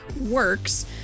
works